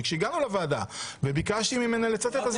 וכשהגענו לוועדה וביקשתי ממנה לצטט,